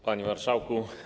Panie Marszałku!